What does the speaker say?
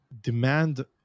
demand